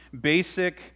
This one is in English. basic